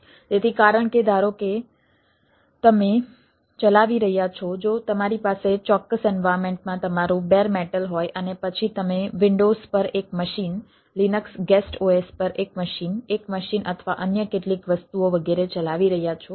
તેથી કારણ કે ધારો કે તમે ચલાવી રહ્યાં છો જો તમારી પાસે ચોક્કસ એનવાયરમેન્ટમાં તમારું બેર મેટલ હોય અને પછી તમે વિન્ડોઝ પર એક મશીન લિનક્સ ગેસ્ટ OS પર એક મશીન એક મશીન અથવા અન્ય કેટલીક વસ્તુઓ વગેરે ચલાવી રહ્યાં છો